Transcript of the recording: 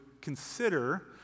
consider